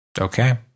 Okay